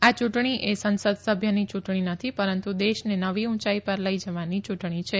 આ ચુંટણીએ સંસદસભ્યની ચુંટણી નથી પરંતુ દેશને નવી ઉંચાઈ પર લઈ જવાની ચુંટણી છે